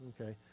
Okay